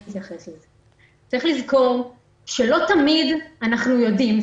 צריך לזכור שלא תמיד אנחנו יודעים.